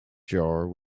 jar